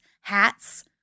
hats